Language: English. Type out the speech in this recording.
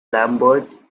lambert